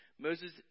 Moses